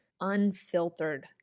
unfiltered